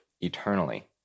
eternally